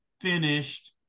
finished